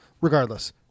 Regardless